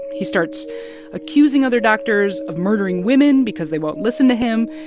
he starts accusing other doctors of murdering women because they won't listen to him.